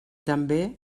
també